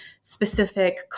specific